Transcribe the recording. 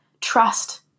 trust